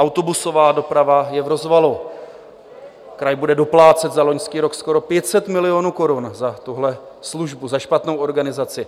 Autobusová doprava je v rozvalu, kraj bude doplácet za loňský rok skoro 500 milionů korun za tuhle službu, za špatnou organizaci.